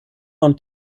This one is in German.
und